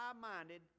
high-minded